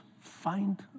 find